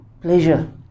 pleasure